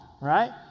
right